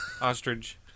Ostrich